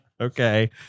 Okay